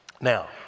Now